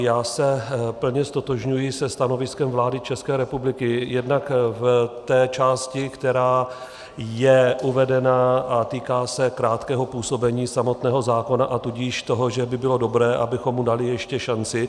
Já se plně ztotožňuji se stanoviskem vlády České republiky jednak v té části, která je uvedena a týká se krátkého působení samotného zákona, a tudíž toho, že by bylo dobré, abychom mu dali ještě šanci.